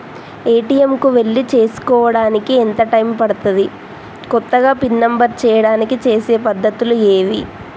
ATM కు వెళ్లి చేసుకోవడానికి ఎంత టైం పడుతది? కొత్తగా పిన్ నంబర్ చేయడానికి చేసే పద్ధతులు ఏవి?